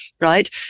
Right